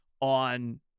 on